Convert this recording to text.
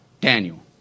Daniel